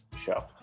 show